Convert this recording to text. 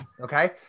okay